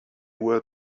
were